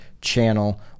channel